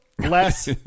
less